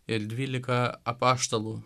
ir dvylika apaštalų